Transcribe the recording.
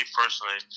personally